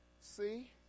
see